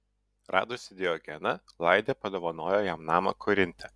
radusi diogeną laidė padovanojo jam namą korinte